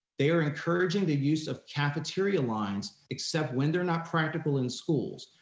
they are encouraging the use of cafeteria lines except when they're not practical in schools.